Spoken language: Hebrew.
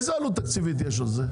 איזה עלות תקציבית יש לזה?